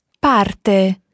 Parte